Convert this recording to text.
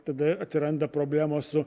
tada atsiranda problemos su